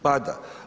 Pada.